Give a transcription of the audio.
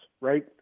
right